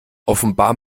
offenbar